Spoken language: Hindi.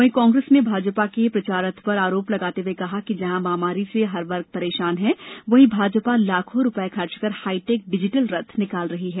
वहीं कांग्रेस ने भाजपा के प्रचार रथ पर आरोप लगाते हुए कहा है कि जहां महामारी से हरवर्ग परेशान है वहीं भाजपा लाखों रूपये खर्च कर हाइटेक डिजिटल रथ निकाल रही है